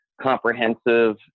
comprehensive